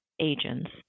agents